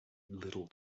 little